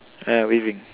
uh waving